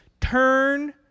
turn